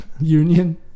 union